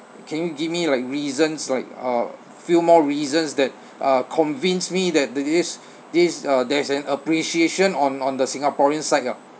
can you give me like reasons like uh few more reasons that uh convince me that the this this uh there's an appreciation on on the singaporean side lah